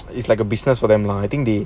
it's like a business for them lah I think they